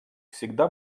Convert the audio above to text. всегда